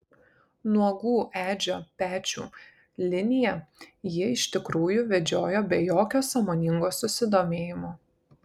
nuogų edžio pečių liniją ji iš tikrųjų vedžiojo be jokio sąmoningo susidomėjimo